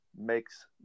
makes